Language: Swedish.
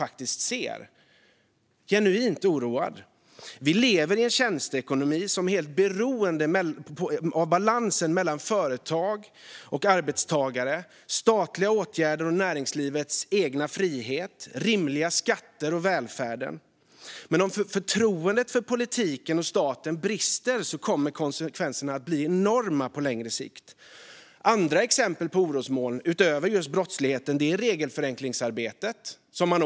Vi lever i en tjänsteekonomi som är helt beroende av balansen mellan företag, arbetstagare, statliga åtgärder och näringslivets egen frihet, rimliga skatter och välfärden. Men om förtroendet för politiken och staten brister kommer konsekvenserna att bli enorma på längre sikt. Andra exempel på orosmoln utöver brottsligheten är regelförenklingsarbetet.